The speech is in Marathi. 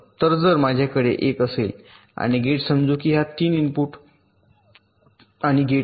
तर जर माझ्याकडे एक असेल आणि गेट समजू की हा 3 इनपुट आणि गेट आहे